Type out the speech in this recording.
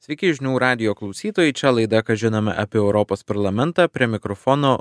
sveiki žinių radijo klausytojai čia laida ką žinome apie europos parlamentą prie mikrofono